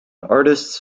artists